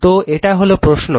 তো এটা হলো প্রশ্ন